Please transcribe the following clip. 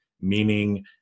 meaning